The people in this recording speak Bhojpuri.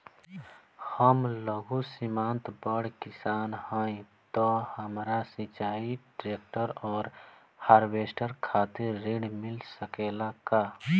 हम लघु सीमांत बड़ किसान हईं त हमरा सिंचाई ट्रेक्टर और हार्वेस्टर खातिर ऋण मिल सकेला का?